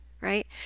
right